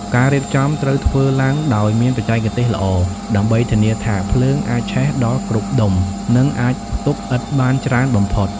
ការរៀបចំត្រូវធ្វើឡើងដោយមានបច្ចេកទេសល្អ ដើម្បីធានាថាភ្លើងអាចឆេះដល់គ្រប់ដុំ និងអាចផ្ទុកឥដ្ឋបានច្រើនបំផុត។